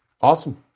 Awesome